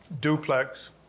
duplex